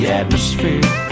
atmosphere